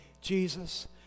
Jesus